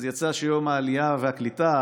אז יצא שיום העלייה והקליטה,